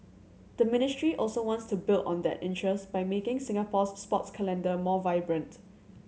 the ministry also wants to build on that interest by making Singapore's sports calendar more vibrant